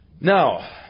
Now